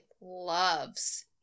loves